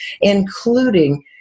including